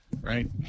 Right